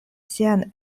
sian